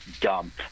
dump